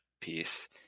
piece